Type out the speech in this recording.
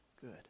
good